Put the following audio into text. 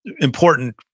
important